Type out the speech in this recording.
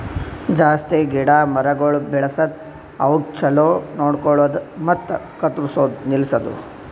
ಜಾಸ್ತಿ ಗಿಡ ಮರಗೊಳ್ ಬೆಳಸದ್, ಅವುಕ್ ಛಲೋ ನೋಡ್ಕೊಳದು ಮತ್ತ ಕತ್ತುರ್ಸದ್ ನಿಲ್ಸದು